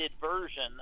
version